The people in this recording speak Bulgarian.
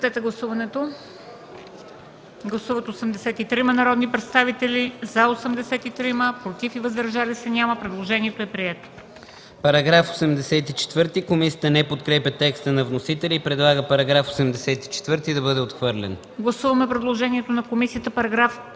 По § 89 комисията не подкрепя текста на вносителя и предлага параграфът да бъде отхвърлен.